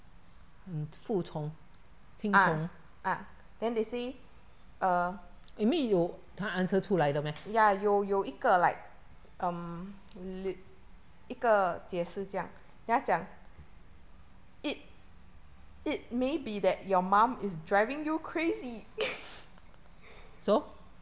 mm 服从听从里面有它 answer 出来的 meh so